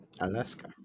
Alaska